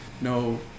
no